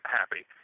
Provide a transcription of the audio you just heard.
happy